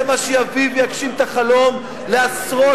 זה מה שיביא ויגשים את החלום לעשרות